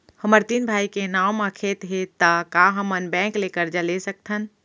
हमर तीन भाई के नाव म खेत हे त का हमन बैंक ले करजा ले सकथन?